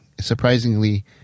surprisingly